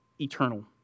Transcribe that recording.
eternal